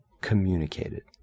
communicated